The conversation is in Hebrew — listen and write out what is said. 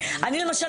למשל,